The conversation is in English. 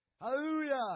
Hallelujah